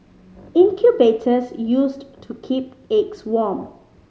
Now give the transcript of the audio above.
incubators used to keep eggs warm